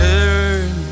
Turn